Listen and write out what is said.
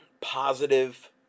positive